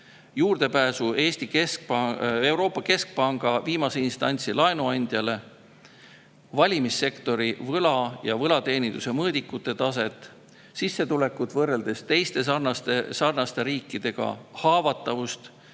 juurdepääsu Euroopa Keskpanga viimase instantsi laenuandjale, valitsemissektori võla ja võlateeninduse mõõdikute taset, sissetulekut võrreldes teiste sarnaste riikidega, haavatavust